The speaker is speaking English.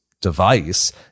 device